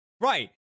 right